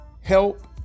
help